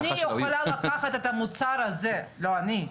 אני יכולה לקחת את המוצר הזה, לא אני,